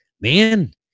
man